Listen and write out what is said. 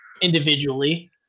individually